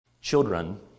Children